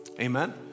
Amen